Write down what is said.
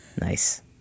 Nice